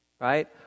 right